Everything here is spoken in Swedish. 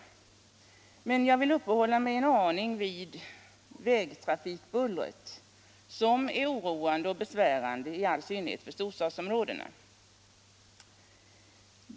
Men jag vill uppehålla mig en aning vid vägtrafikbullret, som är oroande och besvärande i all synnerhet för storstadsområdena.